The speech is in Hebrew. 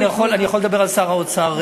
אני יכול לדבר על שר האוצר,